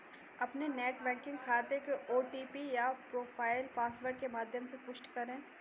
अपने net banking खाते के ओ.टी.पी या प्रोफाइल पासवर्ड के माध्यम से पुष्टि करें